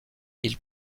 ils